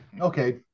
okay